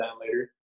later